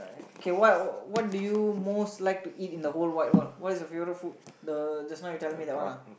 K what what do you most like to eat in the whole wide world what's your favorite food the just now you tell me that one ah